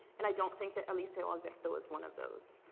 and i don't think that eliseo alberto is one of those.